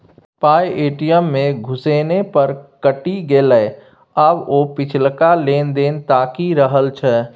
पाय ए.टी.एम मे घुसेने पर कटि गेलै आब ओ पिछलका लेन देन ताकि रहल छै